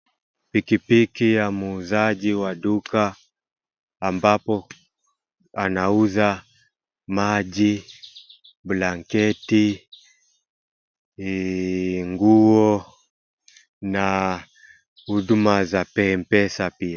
Pikipiki ya muuzaji wa duka ambapo anauza maji, blanketi, nguo na huduma za mpesa pia.